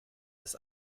das